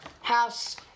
house